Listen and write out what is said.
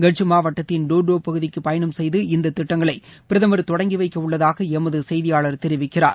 கட்சி மாவட்டத்தின் டோர்டோ பகுதிக்கு பயணம் செய்து இந்த திட்டங்களை பிரதமர் தொடங்கி வைக்க உள்ளதாக எமது செய்தியாளர் தெரிவிக்கிறார்